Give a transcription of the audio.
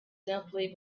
simply